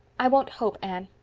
i won't hope, anne.